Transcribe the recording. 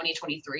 2023